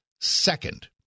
Second